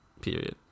period